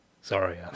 Sorry